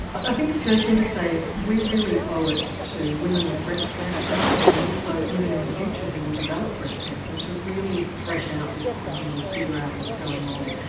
but i think the first thing to say is we really owe it to women with breast cancer and also women in the future who will develop breast cancer to really thresh out this problem and figure out what's going on.